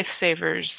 lifesavers